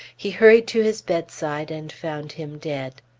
he hurried to his bedside, and found him dead.